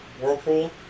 whirlpool